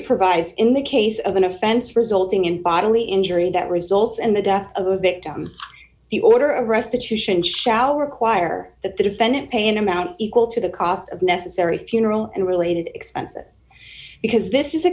provides in the case of an offense resulting in bodily injury that results in the death of a victim the order of restitution shall require that the defendant pay an amount equal to the cost of necessary funeral and related expenses because this is a